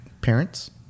Parents